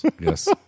Yes